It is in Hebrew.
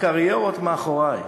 הקריירות מאחורי.